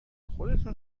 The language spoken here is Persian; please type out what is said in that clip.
خودتون